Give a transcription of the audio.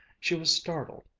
she was startled,